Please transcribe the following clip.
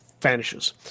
vanishes